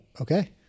Okay